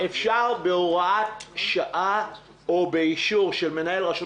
אפשר בהוראת שעה או באישור של מנהל רשות